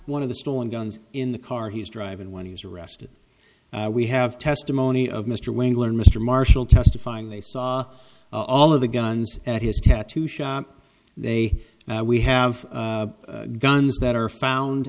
one of the stolen guns in the car he was driving when he was arrested we have testimony of mr winkler and mr marshall testifying they saw all of the guns at his tattoo shop they say we have guns that are found